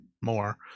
more